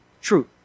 truth